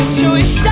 choice